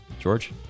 George